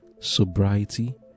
Sobriety